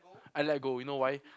I let go you know why